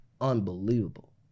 unbelievable